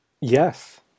Yes